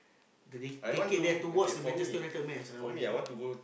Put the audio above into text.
ticket there to watch the Manchester-United match ah one day